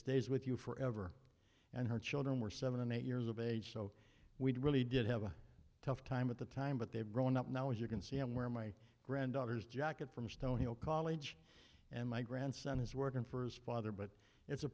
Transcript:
stays with you forever and her children were seven and eight years of age so we really did have a tough time at the time but they've grown up now as you can see where my granddaughters jacket from stonehill college and my grandson is working for his father but it's a